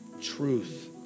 truth